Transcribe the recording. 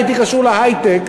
הייתי קשור להיי-טק,